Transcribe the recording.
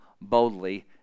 boldly